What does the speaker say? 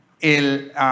el